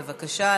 בבקשה,